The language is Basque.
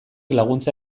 laguntza